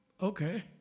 okay